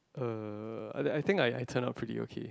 uh I I think I turn out produce okay